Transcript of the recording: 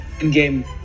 in-game